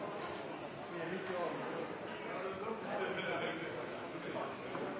Vi er kanskje ikke